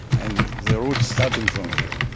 and the roots starting from here